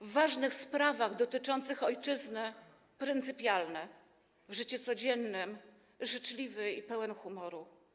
W ważnych sprawach dotyczących ojczyzny - pryncypialny, w życiu codziennym - życzliwy i pełen humoru.